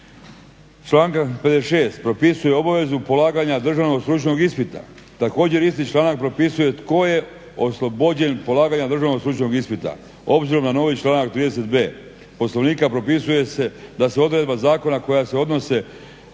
Članak 56.propisuje obavezu polaganja državnog stručnog ispita, također isti članak propisuje tko je oslobođen polaganja državnog stručnog ispita. Obzirom na novi članak 30.b poslovnika propisuje se da se odredba zakona koja se odnose